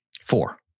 Four